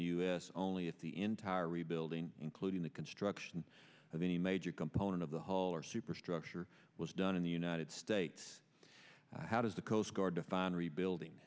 us only at the entire rebuilding including the construction of any major component of the whole or superstructure was done in the united states how does the coast guard define rebuilding